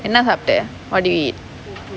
என்ன சாப்பிட்ட:enna saappitta what do you eat